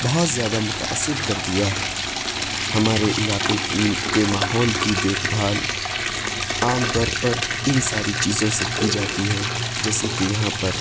بہت زیادہ متاثر کر دیا ہے ہمارے علاقے کے ماحول کی دیکھ بھال عام طور پر ان ساری چیزوں سے کی جاتی ہے جیسے کہ یہاں پر